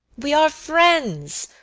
we are friends.